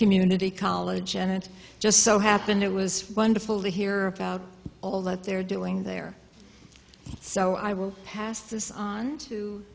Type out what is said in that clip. community college and it just so happened it was wonderful to hear about all that they're doing there so i will pass this on